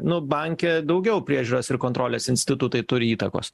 nu banke daugiau priežiūros ir kontrolės institutai turi įtakos